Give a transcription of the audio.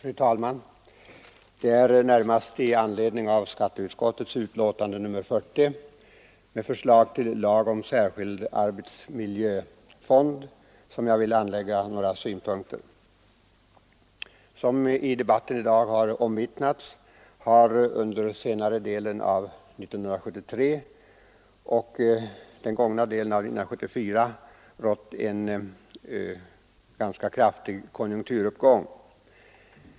Fru talman! Det är närmast i anledning av skatteutskottets betänkande nr 40 med förslag till lag om särskild arbetsmiljöfond som jag vill framföra några synpunkter. Som i debatten i dag har omvittnats har det under senare delen av 1973 och den gångna delen av 1974 rått en ganska kraftig konjunkturuppgång.